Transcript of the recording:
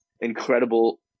incredible